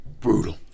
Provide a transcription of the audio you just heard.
Brutal